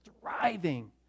thriving